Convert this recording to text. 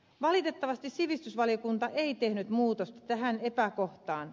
valitettavasti sivistysvaliokunta ei tehnyt muutosta tähän epäkohtaan